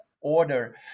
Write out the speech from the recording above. order